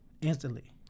Instantly